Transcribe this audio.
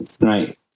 right